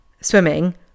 swimming